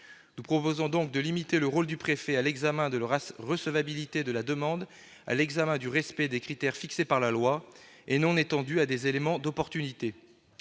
Nous proposons donc de limiter le rôle du préfet à l'examen de la recevabilité de la demande et du respect des critères fixés par la loi, sans l'étendre à des éléments d'opportunité.